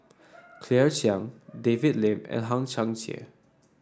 Claire Chiang David Lim and Hang Chang Chieh